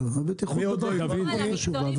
הבטיחות בדרכים לא חשובה,